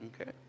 okay